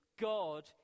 God